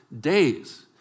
days